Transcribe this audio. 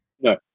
No